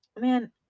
man